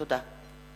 תודה.